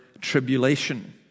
tribulation